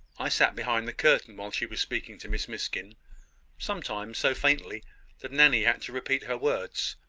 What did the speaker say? i sat behind the curtain while she was speaking to miss miskin sometimes so faintly that nanny had to repeat her words,